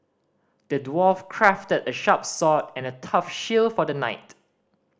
the dwarf crafted a sharp sword and a tough shield for the knight